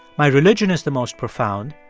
my religion is the most profound,